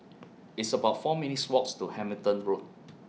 It's about four minutes' Walks to Hamilton Road